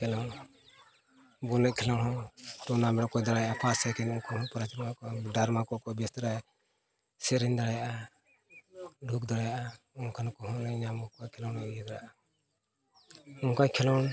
ᱠᱷᱮᱞᱳᱰ ᱵᱚᱞ ᱮᱱᱮᱡ ᱠᱷᱮᱞᱳᱰ ᱦᱚᱸ ᱴᱩᱨᱱᱟᱢᱮᱱᱴ ᱠᱚ ᱫᱟᱲᱮᱜᱼᱟ ᱯᱷᱟᱥ ᱥᱮᱠᱮᱱᱰ ᱩᱱᱠᱩ ᱦᱚᱸ ᱯᱨᱟᱭᱤᱡᱽ ᱠᱚ ᱮᱢᱟ ᱠᱚᱣᱟ ᱰᱟᱨᱢᱟ ᱠᱚᱠᱚ ᱵᱮᱥ ᱫᱷᱟᱨᱟ ᱥᱮᱨᱮᱧ ᱫᱟᱲᱮᱭᱟᱜᱼᱟ ᱞᱩᱦᱩᱠ ᱫᱟᱲᱮᱭᱟᱜᱼᱟ ᱚᱱᱠᱟᱱ ᱠᱚ ᱦᱚᱸ ᱚᱱᱮ ᱧᱟᱢ ᱟᱠᱚ ᱠᱷᱮᱞᱳᱰ ᱤᱭᱟᱹ ᱫᱟᱲᱮᱭᱟᱜᱼᱟ ᱚᱱᱠᱟ ᱠᱷᱮᱞᱳᱰ